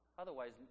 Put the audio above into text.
Otherwise